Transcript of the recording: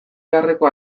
beharreko